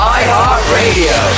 iHeartRadio